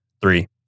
three